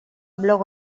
blog